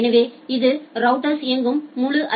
எனவே இது ஒரு ரவுட்டருக்குள் இயங்கும் முழு ஐ